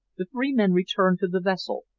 the three men returned to the vessel,